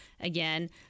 Again